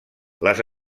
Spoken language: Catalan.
les